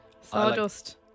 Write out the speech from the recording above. Sawdust